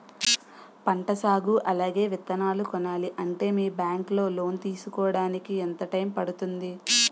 పంట సాగు అలాగే విత్తనాలు కొనాలి అంటే మీ బ్యాంక్ లో లోన్ తీసుకోడానికి ఎంత టైం పడుతుంది?